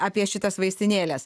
apie šitas vaistinėles